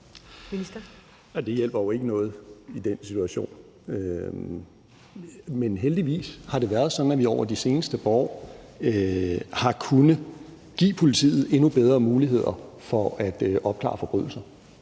Det hjælper jo ikke noget i de situationer. Men heldigvis har det været sådan, at vi gennem de seneste par år har kunnet give politiet endnu bedre muligheder for at opklare forbrydelser,